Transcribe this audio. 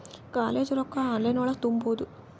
College ರೊಕ್ಕ online ಒಳಗ ತುಂಬುದು?